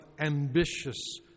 ambitious